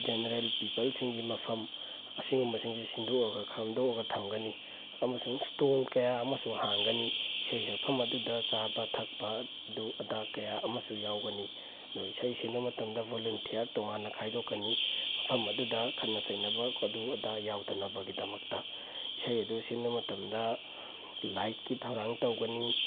general ꯄꯤꯄꯜꯁꯤꯡꯒꯤ ꯃꯐꯝ ꯑꯁꯤꯒꯨꯝꯕꯁꯤꯡꯁꯤ ꯁꯤꯟꯗꯣꯛꯑꯒ ꯈꯟꯗꯣꯛꯑꯒ ꯊꯝꯒꯅꯤ ꯑꯃꯁꯨꯡ ꯏꯁꯇꯣꯜ ꯀꯌꯥ ꯑꯃꯁꯨ ꯍꯥꯡꯒꯅꯤ ꯏꯁꯩ ꯁꯛꯐꯝ ꯑꯗꯨꯗ ꯆꯥꯕ ꯊꯛꯄ ꯑꯗꯨ ꯑꯗꯥ ꯀꯌꯥ ꯑꯃꯁꯨ ꯌꯥꯎꯒꯅꯤ ꯑꯗꯨꯒ ꯏꯁꯩ ꯁꯤꯟꯕ ꯃꯇꯝꯗ ꯕꯣꯂꯨꯟꯇ꯭ꯌꯥꯔ ꯇꯣꯉꯥꯟꯅ ꯈꯥꯏꯗꯣꯛꯀꯅꯤ ꯃꯐꯝ ꯑꯗꯨꯗ ꯈꯠꯅ ꯆꯩꯅꯕ ꯑꯗꯨ ꯑꯗꯥ ꯌꯥꯎꯗꯅꯕꯒꯤꯗꯃꯛꯇ ꯏꯁꯩ ꯑꯗꯨ ꯁꯤꯟꯕ ꯃꯇꯝꯗ ꯂꯥꯏꯠꯀꯤ ꯊꯧꯔꯥꯡ ꯇꯧꯒꯅꯤ